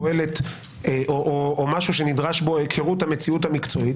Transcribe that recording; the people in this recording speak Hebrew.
או משהו שנדרש בו היכרות המציאות המקצועית.